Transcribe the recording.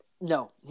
No